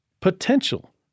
potential